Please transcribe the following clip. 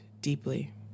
deeply